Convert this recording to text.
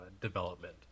development